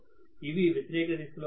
ఇవి వ్యతిరేక దిశలో ఉన్నాయి